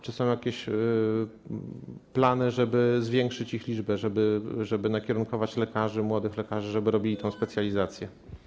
Czy są jakieś plany, żeby zwiększyć ich liczbę, żeby ukierunkować lekarzy, młodych lekarzy, by robili tę specjalizację?